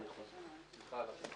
(הישיבה נפסקה בשעה 09:56 ונתחדשה בשעה 09:58.)